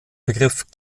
begriff